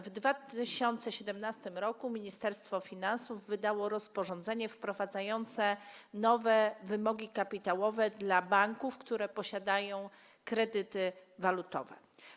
W 2017 r. Ministerstwo Finansów wydało rozporządzenie wprowadzające nowe wymogi kapitałowe dla banków, które posiadają kredyty walutowe.